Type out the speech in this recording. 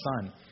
son